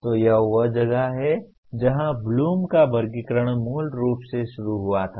तो यह वह जगह है जहां ब्लूम का वर्गीकरण मूल रूप से शुरू हुआ था